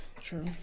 True